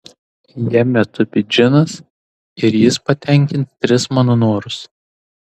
jame tupi džinas ir jis patenkins tris mano norus